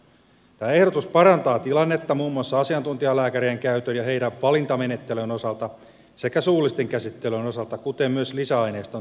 tämä ehdotus parantaa tilannetta muun muassa asiantuntijalääkäreiden käytön ja heidän valintamenettelynsä osalta sekä suullisten käsittelyjen osalta kuten myös lisäaineiston toimittamisen osalta